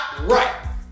right